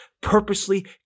purposely